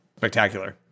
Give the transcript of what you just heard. spectacular